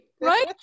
right